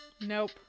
Nope